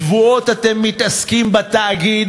שבועות אתם מתעסקים בתאגיד,